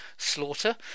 slaughter